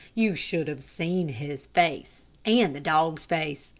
you should have seen his face, and the dog's face.